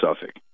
Suffolk